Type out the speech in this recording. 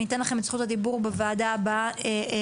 אני אתן לכם את זכות הדיבור בוועדה הבאה ראשונים.